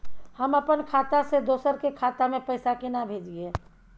हम अपन खाता से दोसर के खाता में पैसा केना भेजिए?